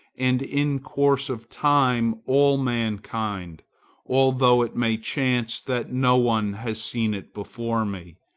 and in course of time all mankind although it may chance that no one has seen it before me.